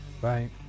Bye